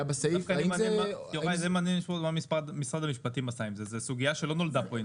בסעיף --- זה סוגיה שלא נולדה פה.